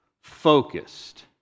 Focused